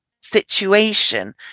situation